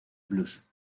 blues